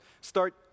start